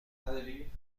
داری